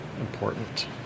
important